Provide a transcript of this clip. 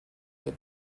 del